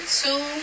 two